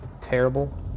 terrible